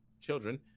children